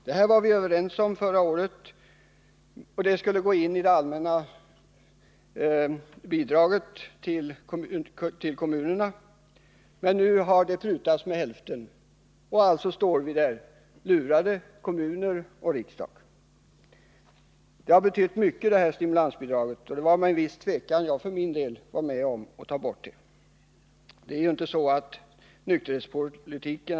Vi var förra året överens om att detta bidrag skulle gå in i det allmänna skatteutjämningsbidraget till kommunerna. Nu har det allmänna skatteutjämningsbidraget prutats till hälften — och kommunerna och vi i riksdagen är lurade. Bidraget till kommunal nykterhetsvård, som var ett stimulansbidrag, har betytt mycket, och det var med en viss tvekan som jag var med om att ta bort det. Nykterhetsvården är ju inte alltid ett högprioriterat område i kommunerna.